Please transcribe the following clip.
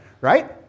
right